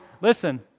listen